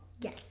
Yes